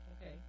Okay